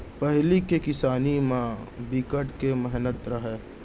पहिली के किसानी म बिकट के मेहनत रहय